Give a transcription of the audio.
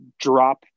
drop